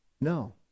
No